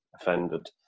offended